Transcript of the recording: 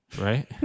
right